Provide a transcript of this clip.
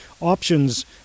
options